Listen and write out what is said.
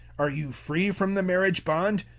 are you free from the marriage bond?